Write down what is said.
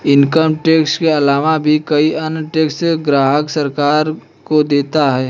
income tax के आलावा भी कई अन्य टैक्स ग्राहक सरकार को देता है